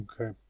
Okay